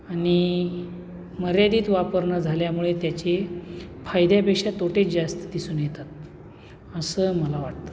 आणि मर्यादित वापर न झाल्यामुळे त्याचे फायद्यापेक्षा तोटेच जास्त दिसून येतात असं मला वाटतं